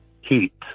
Heat